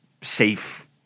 safe